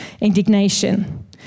indignation